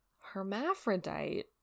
hermaphrodite